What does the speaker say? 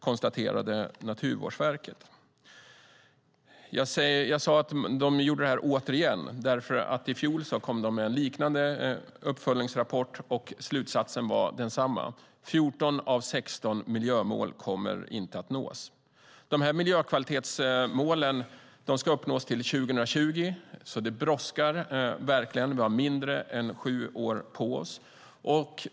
Jag sade att det gjorde detta återigen. I fjol kom det med en liknande uppföljningsrapport. Slutsatsen var densamma, 14 av 16 miljömål kommer inte att nås. Miljökvalitetsmålen ska uppnås till 2020. Det brådskar verkligen. Vi har mindre än sju år på oss.